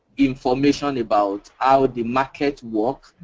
information about how the market works.